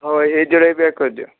ହଁ ଏଇ ଜରିରେ ପ୍ୟାକ୍ କରିଦିଅ